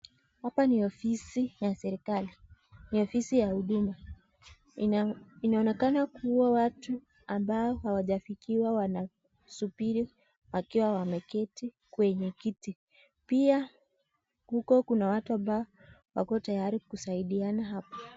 Hapa ni ofisi ya serekali. Ni ofisi ya huduma. Inaonekana kuwa watu ambao hawajafikiwa wanasubiri wakiwa wameketi kwenye kiti. Pia huku kuna watu ambao wako tayari kusaidiana hapa.